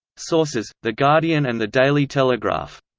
sources the guardian and the daily telegraph